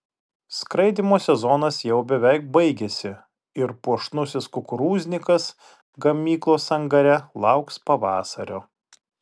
skraidymo sezonas jau beveik baigėsi ir puošnusis kukurūznikas gamyklos angare lauks pavasario